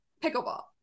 Pickleball